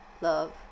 love